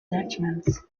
detachment